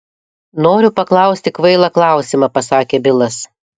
noriu paklausti kvailą klausimą pasakė bilas